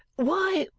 why,